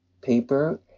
paper